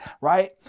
right